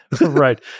Right